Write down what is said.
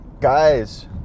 guys